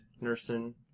nursing